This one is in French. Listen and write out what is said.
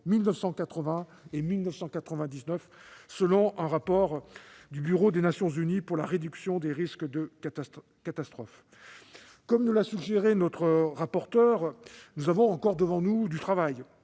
1980 et 1999 selon un récent rapport du Bureau des Nations unies pour la réduction des risques de catastrophe. Comme l'a suggéré notre rapporteure, nous avons encore du travail